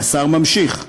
והשר ממשיך: